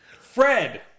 Fred